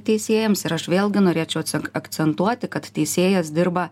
teisėjams ir aš vėlgi norėčio akcentuoti kad teisėjas dirba